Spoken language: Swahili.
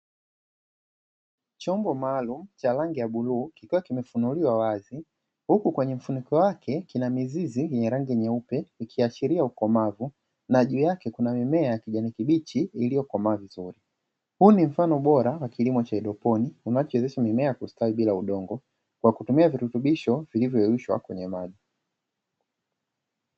Chongo maalum cha rangi ya bluu kikiwa kimefunuliwa wazi, huku kwenye mfuniko wake kuna mizizi yenye rangi nyeupe ikiashiria ukomavu, na juu yake kuna mimea ya kijani kibichi iliyokomaa vizuri. Huu ni mfano bora wa kilimo cha haidroponi, unachowezesha mimea ya kustawi bila udongo kwa kutumia virutubisho vilivyoyeyushwa kwenye maji.